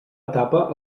etapa